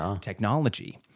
technology